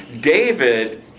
David